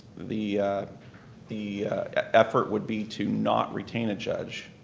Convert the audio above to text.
the the effort would be to not retain a judge.